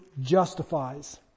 justifies